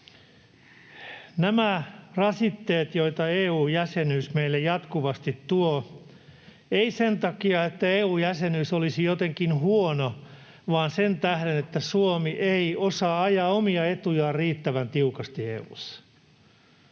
Nämä rasitteet, joita EU-jäsenyys meille jatkuvasti tuo — ei sen takia, että EU-jäsenyys olisi jotenkin huono, vaan sen tähden, että Suomi ei osaa ajaa omia etujaan riittävän tiukasti EU:ssa: